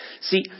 see